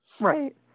Right